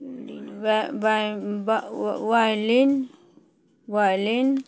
violin violin